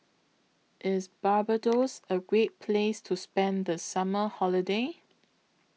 IS Barbados A Great Place to spend The Summer Holiday